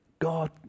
God